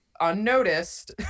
unnoticed